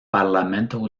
parlamento